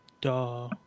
Duh